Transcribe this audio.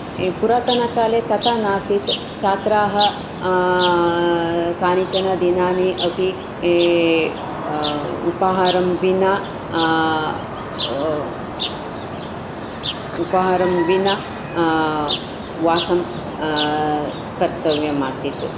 पुरातनकाले तथा नासीत् छात्राः कानिचनदिनानि अपि उपहारं विना उपहारं विना वासं कर्तव्यम् आसीत्